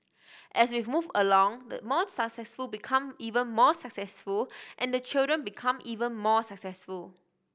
as we move along the more successful become even more successful and the children become even more successful